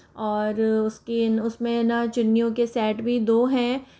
और उसके उसमें ना चुन्नियों के सैट भी दो हैं